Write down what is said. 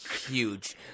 huge